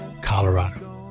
Colorado